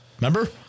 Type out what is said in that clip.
Remember